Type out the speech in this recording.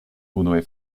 unue